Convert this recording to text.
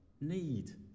need